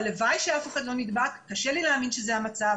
הלוואי שאף אחד לא נדבק, קשה לי להאמין שזה המצב.